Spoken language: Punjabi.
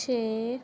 ਛੇ